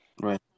Right